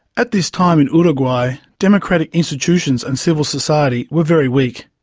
at this time in uruguay, democratic institutions and civil society were very weak.